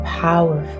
powerful